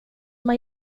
man